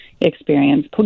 experience